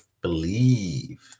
Believe